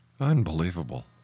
Unbelievable